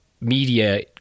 media